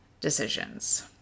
decisions